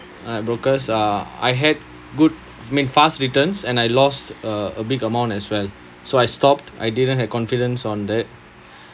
uh brokers uh I had good made fast returns and I lost uh a big amount as well so I stopped I didn't had confidence on that